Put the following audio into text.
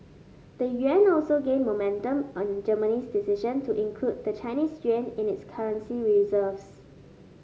the yuan also gained momentum on Germany's decision to include the Chinese yuan in its currency reserves